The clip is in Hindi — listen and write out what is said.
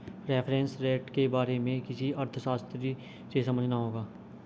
रेफरेंस रेट के बारे में किसी अर्थशास्त्री से समझना होगा